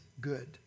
good